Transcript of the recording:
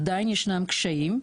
עדיין ישנם קשיים.